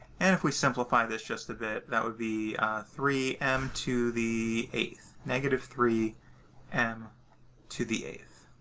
and if we simplify this just a bit, that would be three m to the eight. negative three m to the eight.